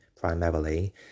primarily